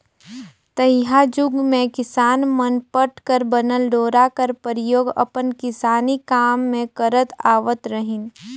तइहा जुग मे किसान मन पट कर बनल डोरा कर परियोग अपन किसानी काम मे करत आवत रहिन